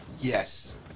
yes